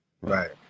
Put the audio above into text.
Right